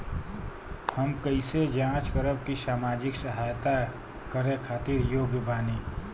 हम कइसे जांच करब की सामाजिक सहायता करे खातिर योग्य बानी?